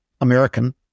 American